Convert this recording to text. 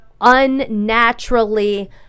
unnaturally